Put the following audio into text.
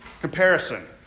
Comparison